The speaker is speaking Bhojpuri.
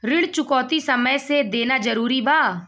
ऋण चुकौती समय से देना जरूरी बा?